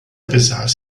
besaß